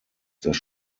dass